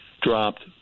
dropped